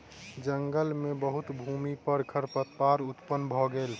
जंगल मे बहुत भूमि पर खरपात उत्पन्न भ गेल